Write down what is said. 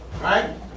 right